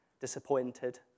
disappointed